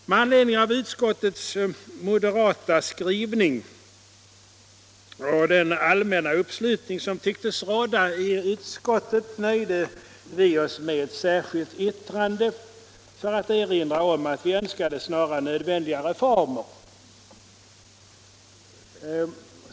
Med anledning av utskottets moderata skrivning och den allmänna uppslutning som tycktes råda i utskottet nöjde vi oss med ett särskilt yttrande för att erinra om att vi önskade snara, nödvändiga reformer.